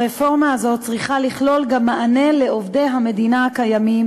הרפורמה הזאת צריכה לכלול גם מענה לעובדי המדינה הקיימים